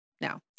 Now